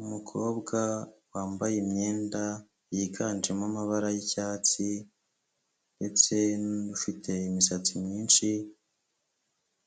Umukobwa wambaye imyenda yiganjemo amabara y'icyatsi ndetse n'ufite imisatsi myinshi